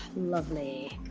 lovely.